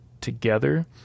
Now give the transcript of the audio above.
together